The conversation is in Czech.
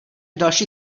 další